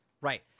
Right